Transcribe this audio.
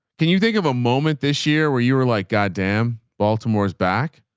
can you think of a moment this year where you were like goddamn baltimore's back?